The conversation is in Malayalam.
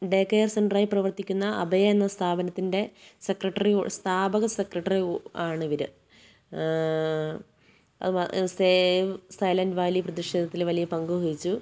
ഡേ കെയർ സെൻ്ററായി പ്രവർത്തിക്കുന്ന അഭയ എന്ന സ്ഥാപനത്തിൻ്റെ സെക്രട്ടറി സ്ഥാപക സെക്രട്ടറി ആണ് ഇവർ സേവ് സൈലൻ്റ് വാലി പ്രതിഷേധത്തിൽ വലിയ പങ്കുവഹിച്ചു